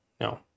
no